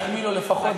שאני אחמיא לו לפחות,